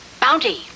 Bounty